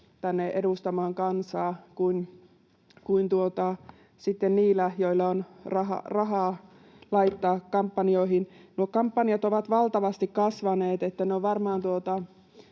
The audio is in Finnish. tänne edustamaan kansaa kuin sitten niillä, joilla on rahaa laittaa kampanjoihin. Nuo kampanjat ovat valtavasti kasvaneet,